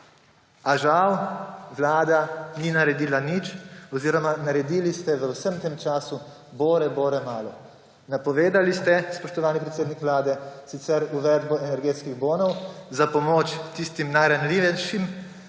A žal vlada ni naredila nič oziroma naredili ste v vsem tem času bore bore malo. Napovedali ste, spoštovani predsednik Vlade, sicer uvedbo energetskih bonov za pomoč tistim najranljivejšim,